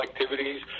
activities